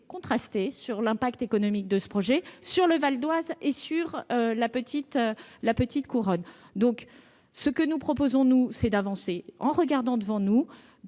contrasté sur l'impact économique de ce projet pour le Val-d'Oise et la petite couronne. Nous proposons d'avancer en regardant devant nous,